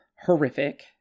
horrific